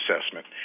assessment